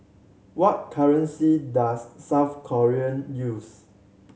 what currency does South Korea use